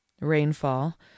rainfall